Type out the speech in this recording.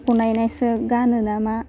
हुनायनायसो गानो नामा